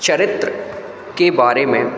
चरित्र के बारे में